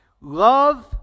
Love